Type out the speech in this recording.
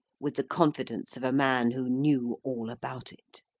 with the confidence of a man who knew all about it.